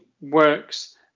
works